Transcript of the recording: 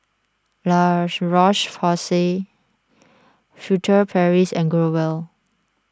La Roche Furtere Paris and Growell